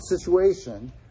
situation